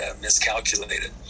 miscalculated